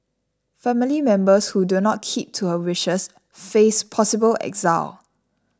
family members who do not keep to her wishes face possible exile